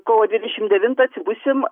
kovo dvidešim devintą atsibusim